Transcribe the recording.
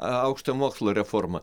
aukštojo mokslo reformą